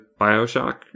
Bioshock